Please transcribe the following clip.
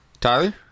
Tyler